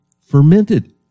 fermented